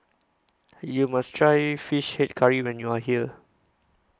YOU must Try Fish Head Curry when YOU Are here